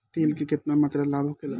तेल के केतना मात्रा लाभ होखेला?